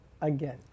again